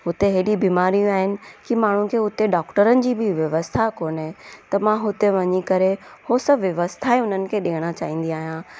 हुते हेॾी बीमारियूं आहिनि की माण्हुनि खे हुते डॉक्टरनि जी बि व्यवस्था कोन्हे त मां हुते वञी करे उहो सभु व्यवस्थाए उन्हनि खे ॾियण चाहींदी आहियां